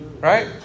right